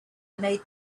made